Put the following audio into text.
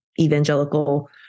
evangelical